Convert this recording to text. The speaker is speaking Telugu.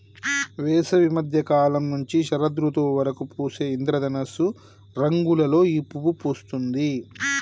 వేసవి మద్య కాలం నుంచి శరదృతువు వరకు పూసే ఇంద్రధనస్సు రంగులలో ఈ పువ్వు పూస్తుంది